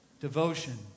devotion